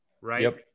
right